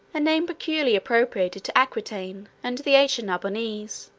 a name peculiarly appropriated to aquitain and the ancient narbonnese,